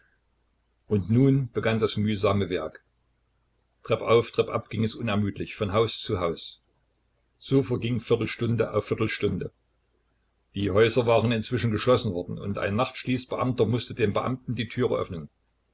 und nun begann das mühsame werk treppauf treppab ging es unermüdlich von haus zu haus so verging viertelstunde auf viertelstunde die häuser waren inzwischen geschlossen worden und ein nachtschließbeamter mußte den beamten die türen öffnen